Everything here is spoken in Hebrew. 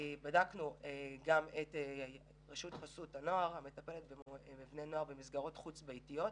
בדקנו גם את רשות חסות הנוער המטפלת בבני נוער במסגרות חוץ ביתיות.